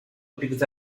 picked